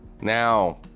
Now